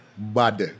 Bad